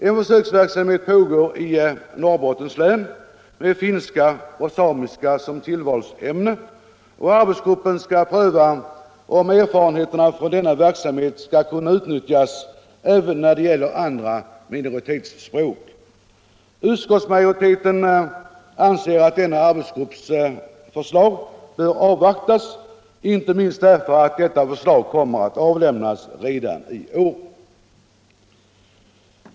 I Norrbottens län pågår en försöksverksamhet med finska och samiska som tillvalsämnen, och arbetsgruppen skall pröva om erfarenheterna från den verksamheten kan utnyttjas även när det gäller andra minoritetsspråk. Utskottsmajoriteten anser att denna arbetsgrupps förslag bör avvaktas, inte minst därför att det förslaget kommer att avlämnas redan i år.